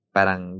parang